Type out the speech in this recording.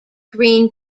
greene